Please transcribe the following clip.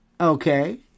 Okay